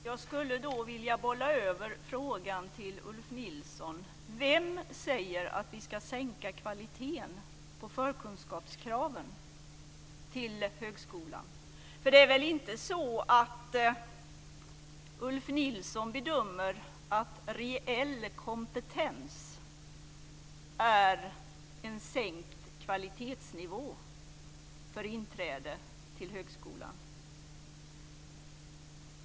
Herr talman! Jag skulle vilja bolla över frågan till Ulf Nilsson. Vem säger att vi ska sänka kvaliteten på förkunskapskraven till högskolan? För det är väl inte så att Ulf Nilsson bedömer att reell kompetens innebär en sänkt kvalitetsnivå för inträde till högskolan?